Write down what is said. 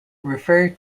refer